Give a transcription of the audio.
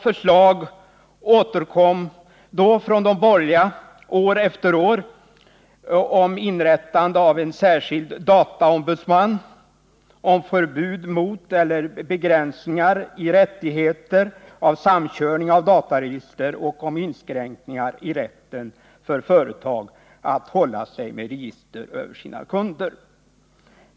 Förslag från de borgerliga återkom år efter år om inrättande av en särskild dataombudsman, om förbud mot eller begränsningar i rättigheterna till samkörning av dataregister och om inskränkningar i rätten för företag att hålla sig med register över sina kunder.